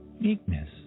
meekness